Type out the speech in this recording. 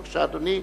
בבקשה, אדוני.